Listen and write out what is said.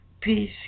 Peace